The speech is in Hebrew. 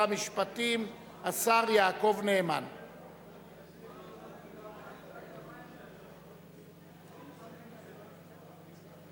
עברה בקריאה טרומית ותועבר לוועדת העבודה והרווחה על מנת להכינה לקריאה